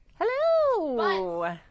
Hello